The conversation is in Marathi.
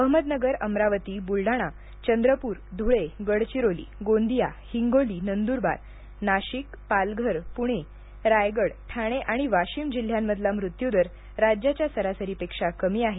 अहमदनगर अमरावती बुलडाणा चंद्रपूर धुळे गडचिरोली गोंदिया हिंगोली नंद्रबार नाशिक पालघर पुणे रायगड ठाणे आणि वाशिम जिल्ह्यांमधला मृत्यूदर राज्याच्या सरासरीपेक्षा कमी आहे